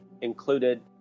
included